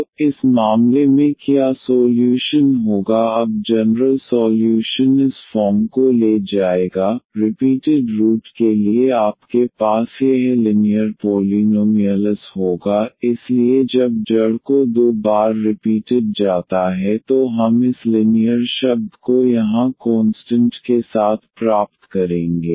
तो इस मामले में क्या सोल्यूशन होगा अब जनरल सॉल्यूशन इस फॉर्म को ले जाएगा रिपीटेड रूट के लिए आपके पास यह लिनीयर पोलीनोमीअलस् होगा इसलिए जब जड़ को 2 बार रिपीटेड जाता है तो हम इस लिनीयर शब्द को यहां कोंस्टंट के साथ प्राप्त करेंगे